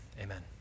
Amen